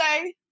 say